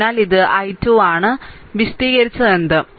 അതിനാൽ ഇത് i 2 ആണ് വിശദീകരിച്ചതെന്തും